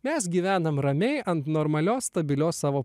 mes gyvename ramiai ant normalios stabilios savo